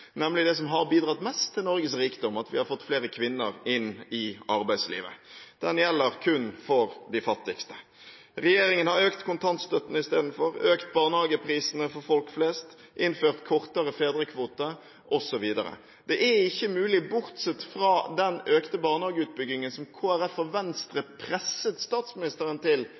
nemlig det som har bidratt mest til Norges rikdom, at vi har fått flere kvinner inn i arbeidslivet. Den gjelder kun for de fattigste. Regjeringen har økt kontantstøtten istedenfor, økt barnehageprisene for folk flest, innført kortere fedrekvote osv. Det er ikke mulig, bortsett fra den økte barnehageutbyggingen som Kristelig Folkeparti og Venstre presset statsministeren til